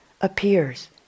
appears